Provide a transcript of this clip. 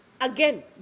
again